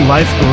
Life